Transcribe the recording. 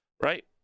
Right